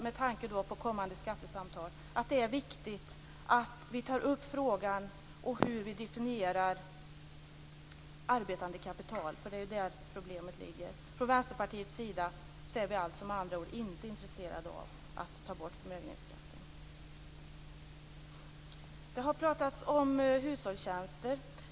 Med tanke på kommande skattesamtal tror jag att det är viktigt att vi tar upp frågan om hur vi definierar arbetande kapital, för det är där problemet ligger. Från Vänsterpartiets sida är vi alltså med andra ord inte intresserade av att ta bort förmögenhetsskatten. Det har pratats om hushållstjänster.